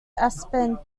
aspen